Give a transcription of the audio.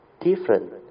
different